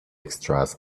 extras